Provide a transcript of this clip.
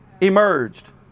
emerged